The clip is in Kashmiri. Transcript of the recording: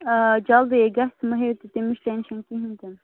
آ جَلدی یے گژھِ مہٕ ہیٚیِو تُہۍ تَمِچ ٹٮ۪نشَن کِہیٖنٛۍ تہِ نہٕ